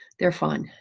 they're fun.